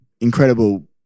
incredible